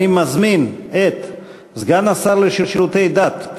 אני מזמין את סגן השר לשירותי דת,